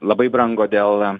labai brango dėl